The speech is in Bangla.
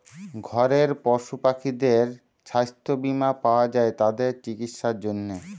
ঘরের পশু পাখিদের ছাস্থ বীমা পাওয়া যায় তাদের চিকিসার জনহে